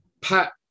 Pat